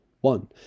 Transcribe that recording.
One